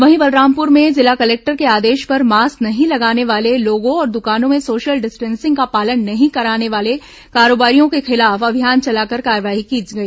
वहीं बलरामपुर में जिला कलेक्टर के आदेश पर मास्क नहीं लगाने वाले लोगों और दुकानों में सोशल डिस्टिंसिंग का पालन नहीं कराने वाले कारोबारियों के खिलाफ अभियान चलाकर कार्रवाई की गई